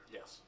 Yes